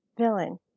Villain